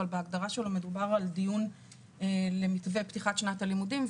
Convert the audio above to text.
אבל בהגדרה שלו מדובר על דיון במתווה פתיחת שנת הלימודים,